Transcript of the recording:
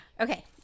Okay